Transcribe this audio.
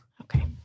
Okay